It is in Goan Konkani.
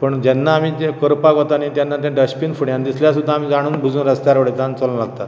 पूण जेन्ना आमी तें करपाक वता न्ही तेन्ना तें डस्टबीन फुड्यांत दिसल्यार सुद्दा आमी जाणून पसून रस्त्यार उडयतात आनी चलों लागतात